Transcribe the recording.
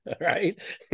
Right